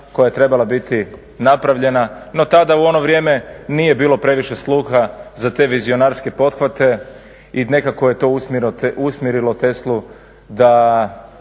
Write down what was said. koja je trebala biti napravljena no tada u ono vrijeme nije bilo previše sluha za te vizionarske pothvate i nekako je to usmjerilo Teslu da